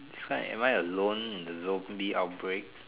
why am I alone in the zombie outbreak